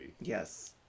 Yes